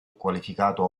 qualificato